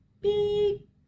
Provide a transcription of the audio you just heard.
beep